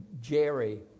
Jerry